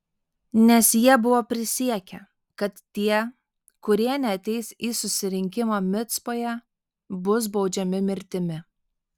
nes jie buvo prisiekę kad tie kurie neateis į susirinkimą micpoje bus baudžiami mirtimi